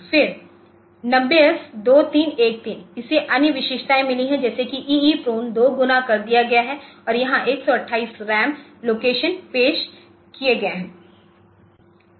फिर 90S2313 इसे अन्य विशेषताएं मिलीं है जैसे कि EEPROM को दोगुना कर दिया गया है और यहां 128 रैम लोकेशन पेश किए गए हैं